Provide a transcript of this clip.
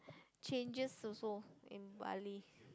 changes also in Bali